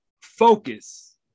focus